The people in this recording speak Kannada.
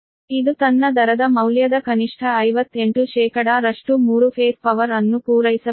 ಇದು ತನ್ನ ದರದ ಮೌಲ್ಯದ ಕನಿಷ್ಠ 58 ರಷ್ಟು ಮೂರು ಫೇಸ್ ಪವರ್ ಅನ್ನು ಪೂರೈಸಬಲ್ಲದು